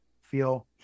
feel